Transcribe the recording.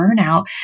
burnout